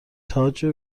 تاج